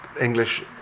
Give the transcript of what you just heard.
English